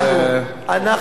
אם נתקיף, זה אנחנו.